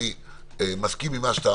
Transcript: אני מסכים עם מה שאמרת,